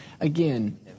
again